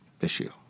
issue